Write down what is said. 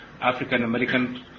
African-American